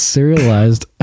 Serialized